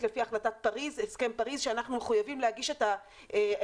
לפי החלטת הסכם פריז שאנחנו מחויבים להגיש את היעדים